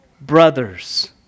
Brothers